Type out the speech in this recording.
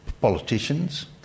politicians